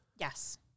Yes